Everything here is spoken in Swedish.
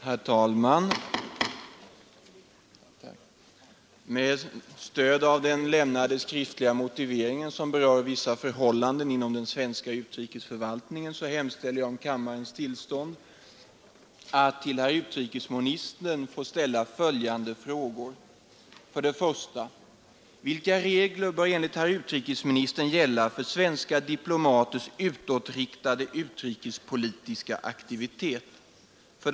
Herr talman! Den 1 december 1972 öppnades den nya storflygplatsen i Sturup. Under den korta tid flygplatsen varit i bruk har man redan kunnat konstatera att dess förläggning och utformning ur meteorologisk synvinkel är diskutabel. Det förekommer anmärkningsvärt ofta att start och landning förhindras av väderleksskäl. Uppgifter har förekommit som tyder på att dessa nackdelar inte varit okända, när de avgörande besluten fattats, men att icke tillbörlig hänsyn tagits härtill.